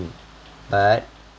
but